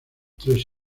tres